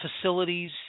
facilities